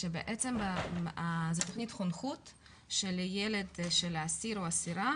שבעצם זו תכנית חונכות שלילד של האסיר או האסירה,